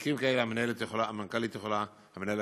במקרים כאלה המנהל הכללי יכול לסגור.